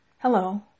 Hello